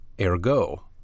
ergo